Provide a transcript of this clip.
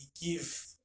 give